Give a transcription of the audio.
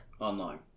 online